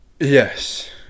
yes